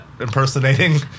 impersonating